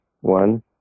one